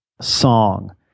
song